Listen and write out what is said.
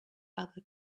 other